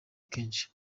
kenshi